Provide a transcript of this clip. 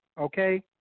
Okay